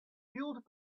fueled